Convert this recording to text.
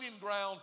ground